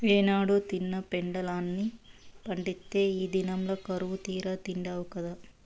ఏనాడో తిన్న పెండలాన్ని పండిత్తే ఈ దినంల కరువుతీరా తిండావు గదా